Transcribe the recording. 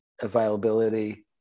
availability